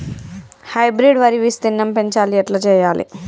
Hybrid వరి విస్తీర్ణం పెంచాలి ఎట్ల చెయ్యాలి?